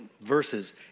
verses